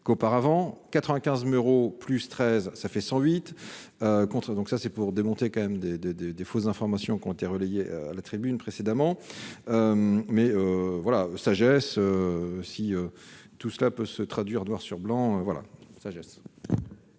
95 Meuros plus 13 ça fait 108 contre donc ça c'est pour démonter quand même des, des, des, des fausses informations qui ont été relayés à la tribune, précédemment, mais voilà sagesse si tout cela peut se traduire, noir sur blanc, voilà sa gestion.